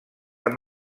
amb